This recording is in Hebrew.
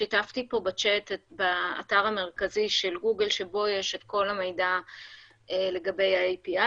שיתפתי פה בצ'אט את האתר המרכזי של גוגל שבו יש את כל המידע לגבי ה-API